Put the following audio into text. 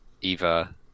Eva